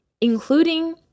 including